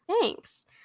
thanks